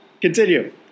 Continue